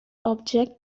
object